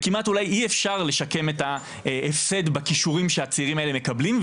וכמעט אולי אי אפשר לשקם את ההפסד בכישורים שהצעירים האלה מקבלים.